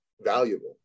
valuable